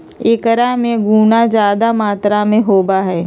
एकरा में गुना जादा मात्रा में होबा हई